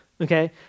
Okay